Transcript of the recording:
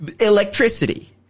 electricity